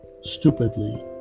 stupidly